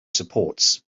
supports